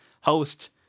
host